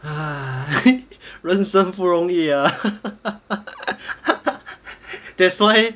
人生不容易 ah that's why